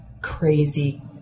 crazy